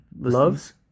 Loves